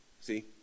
See